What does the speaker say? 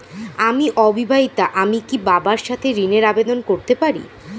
আমি অবিবাহিতা আমি কি বাবার সাথে ঋণের আবেদন করতে পারি?